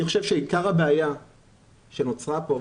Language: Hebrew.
אני חושב שעיקר הבעיה שנוצרה פה,